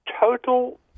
total